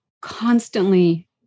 constantly